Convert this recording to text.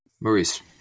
Maurice